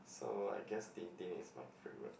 so I guess Tintin is my favorite